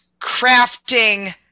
crafting